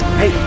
hey